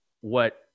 what-